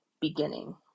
beginning